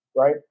right